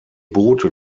boote